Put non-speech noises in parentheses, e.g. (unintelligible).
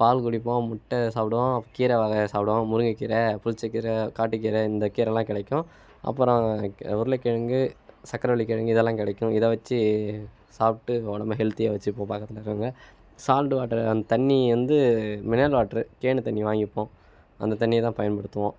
பால் குடிப்போம் முட்டை சாப்பிடுவோம் கீரை வகை சாப்பிடுவோம் முருங்கை கீரை புளிச்ச கீரை காட்டு கீரை இந்த கீரெல்லாம் கிடைக்கும் அப்புறம் உருளக்கிழங்கு சக்கரவல்லி கிழங்கு இதெல்லாம் கிடைக்கும் இத வச்சு சாப்பிட்டு உடம்ப ஹெல்த்தியா வச்சுப்போம் (unintelligible) சால்டு வாட்டர அந்த தண்ணிய வந்து மினரல் வாட்ரு கேனு தண்ணி வாங்கிப்போம் அந்த தண்ணியை தான் பயன்படுத்துவோம்